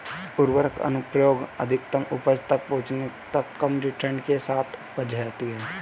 उर्वरक अनुप्रयोग अधिकतम उपज तक पहुंचने तक कम रिटर्न के साथ उपज होती है